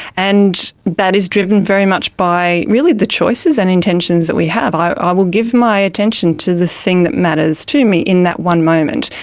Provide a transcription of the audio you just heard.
and that is driven very much by really the choices and intentions that we have. i will give my attention to the thing that matters to me in that one moment.